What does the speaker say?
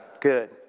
Good